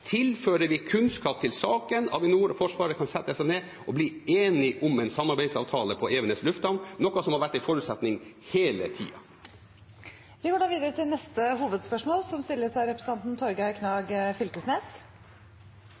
tilfører vi kunnskap til saken. Avinor og Forsvaret kan sette seg ned og bli enige om en samarbeidsavtale på Evenes lufthavn, noe som har vært en forutsetning hele tiden. Vi går videre til neste hovedspørsmål.